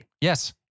Yes